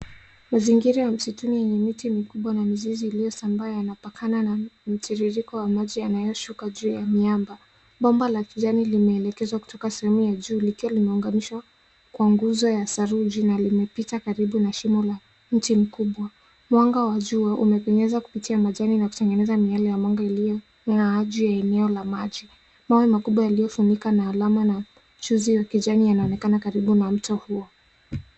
Mazingira ya msituni yenye miti mikubwa na mizizi iliyosambaa inapakana na mtiririko wa maji yanayoshuka juu ya miamba. Bomba la kijani limeelekezwa kutoka sehemu ya juu likiwa limeunganishwa kwa nguzo ya saruji na limepita karibu na shimo la mti mkubwa. Mwanga wa jua umepenyeza kupitia majani na kutengeneza miale ya mwanga iliyong'aa juu ya eneo la maji. Mawe makubwa yaliyofunika na alama na chuzi ya kijani yanaonekana karibu na mto huo.